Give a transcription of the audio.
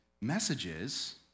messages